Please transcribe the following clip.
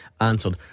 answered